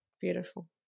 Beautiful